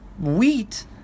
wheat